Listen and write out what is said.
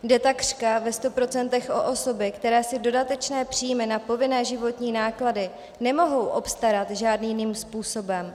Jde takřka ve sto procentech o osoby, které si dodatečné příjmy na povinné životní náklady nemohou obstarat žádným jiným způsobem.